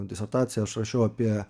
disertaciją aš rašiau apie